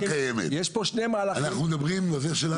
אנחנו מדברים על זה שלנו,